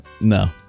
No